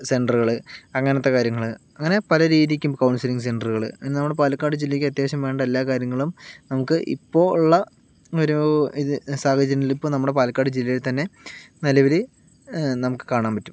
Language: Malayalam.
സെൻ്ററുകൾ അങ്ങനത്തെ കാര്യങ്ങൾ അങ്ങനെ പല രീതിക്കും കൗൺസിലിംഗ് സെൻ്ററുകൾ അങ്ങനെ നമ്മുടെ പാലക്കാട് ജില്ലക്ക് അത്യാവശ്യം വേണ്ട എല്ലാ കാര്യങ്ങളും നമുക്ക് ഇപ്പോൾ ഉള്ള ഒരു ഇത് സാഹചര്യം ഇപ്പോൾ നമ്മുടെ പാലക്കാട് ജില്ലയിൽ തന്നെ നല്ലൊരു നമുക്ക് കാണാൻ പറ്റും